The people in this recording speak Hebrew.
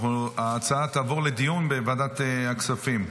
ההצעה תעבור לדיון בוועדת הכספים.